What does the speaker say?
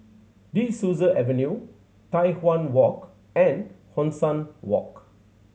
De Souza Avenue Tai Hwan Walk and Hong San Walk